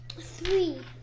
Three